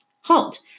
Halt